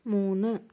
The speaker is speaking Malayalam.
മൂന്ന്